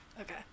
Okay